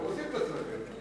אני באמת לא מבין מדוע 61